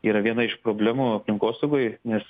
yra viena iš problemų aplinkosaugoj nes